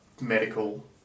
medical